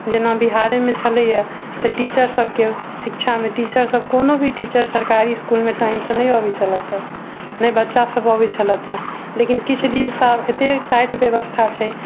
जेना बिहारेमे छलैया तऽ टीचर सबके शिक्षामे टीचर सब कोनो भी टीचर सरकारी इसकुलमे टाइमसँ नहि अबैत छलथि हँ नहि बच्चा सब अबैत छलथि हँ लेकिन किछु दिनसँ आब एते टाइट व्यवस्था छै